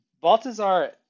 baltazar